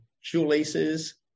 shoelaces